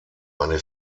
eine